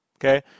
Okay